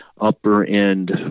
upper-end